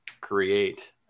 create